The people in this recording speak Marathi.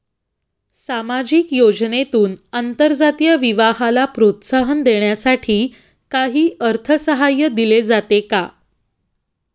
सामाजिक योजनेतून आंतरजातीय विवाहाला प्रोत्साहन देण्यासाठी काही अर्थसहाय्य दिले जाते का?